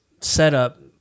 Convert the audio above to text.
setup